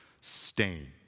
stain